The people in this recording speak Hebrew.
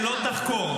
אתה רוצה תשובה?